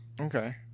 Okay